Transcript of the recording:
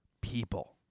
people